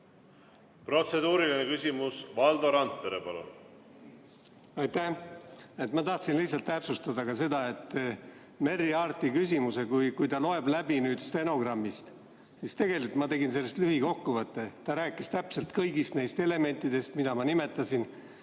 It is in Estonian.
Protseduuriline küsimus. Valdo Randpere, palun! Aitäh! Ma tahtsin lihtsalt täpsustada seda Merry Aarti küsimust, kui ta loeb nüüd stenogrammist, siis tegelikult ma tegin sellest lühikokkuvõtte. Ta rääkis täpselt kõigist neist elementidest, mida ma nimetasin.